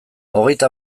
hogeita